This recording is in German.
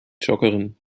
joggerin